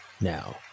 Now